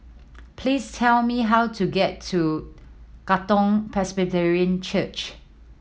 please tell me how to get to Katong Presbyterian Church